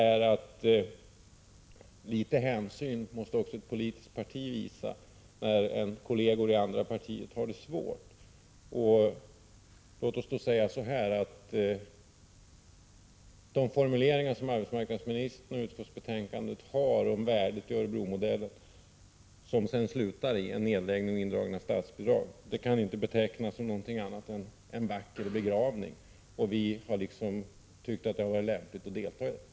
För det andra måste också ett politiskt parti visa litet hänsyn när kolleger i andra partier har det svårt. — De formuleringar som arbetsmarknadsministern och utskottsbetänkandet har om värdet av Örebromodellen, som sedan slutar i en nedläggning och indragning av statsbidragen, kan vi inte beteckna som något annat än en vacker begravning. Vi har tyckt att det är lämpligt att delta i den.